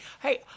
Hey